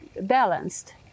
balanced